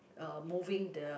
uh moving the